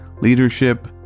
leadership